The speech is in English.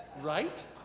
Right